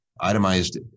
Itemized